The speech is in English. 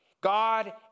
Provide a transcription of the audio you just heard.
God